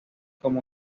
como